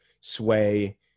sway